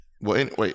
Wait